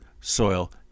soil